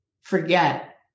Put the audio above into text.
forget